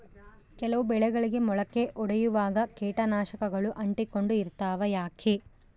ಕೆಲವು ಬೆಳೆಗಳಿಗೆ ಮೊಳಕೆ ಒಡಿಯುವಾಗ ಕೇಟನಾಶಕಗಳು ಅಂಟಿಕೊಂಡು ಇರ್ತವ ಯಾಕೆ?